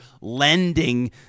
lending